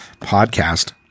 podcast